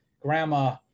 grandma